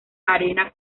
arena